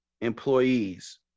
employees